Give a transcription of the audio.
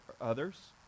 others